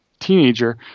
teenager